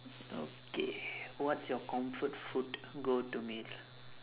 okay what's your comfort food go to meal